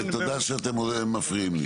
תודה שאתם מפריעים לי.